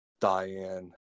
diane